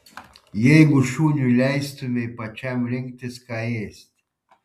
jeigu šuniui leistumei pačiam rinktis ką ėsti